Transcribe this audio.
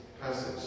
passage